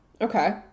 Okay